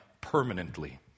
permanently